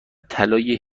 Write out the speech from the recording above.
طلای